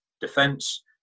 defense